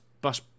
bus